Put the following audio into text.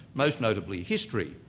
most notably, history.